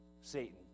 Satan